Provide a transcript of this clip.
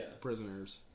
prisoners